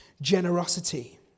generosity